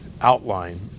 outline